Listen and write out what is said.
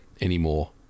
anymore